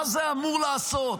מה זה אמור לעשות?